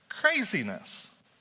craziness